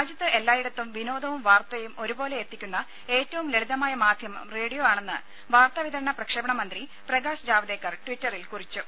രാജ്യത്ത് എല്ലായിടത്തും വിനോദവും വാർത്തയും ഒരേപോലെ എത്തിക്കുന്ന ഏറ്റവും ലളിതമായ മാധ്യമം റേഡിയോ ആണെന്ന് വാർത്താവിതരണ പ്രക്ഷേപണ മന്ത്രി പ്രകാശ് ജാവ്ദേക്കർ ട്വിറ്ററിൽ കുറിച്ചു